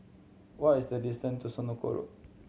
what is the distance to Senoko Road